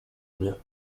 mnie